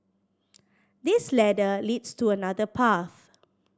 this ladder leads to another path